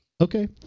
Okay